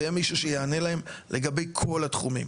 ויהיה מישהו שיענה להם לגבי כל התחומים.